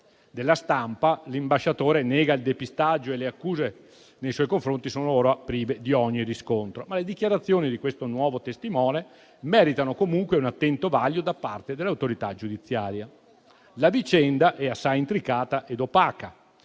de «La Stampa» l'ambasciatore nega il depistaggio e che le accuse nei suoi confronti sono prive di ogni riscontro, ma le dichiarazioni del nuovo testimone meritano comunque un attento vaglio da parte dell'autorità giudiziaria. La vicenda è assai intricata ed opaca.